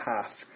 half